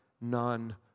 none